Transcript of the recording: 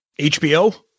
HBO